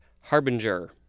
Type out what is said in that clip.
harbinger